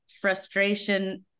frustration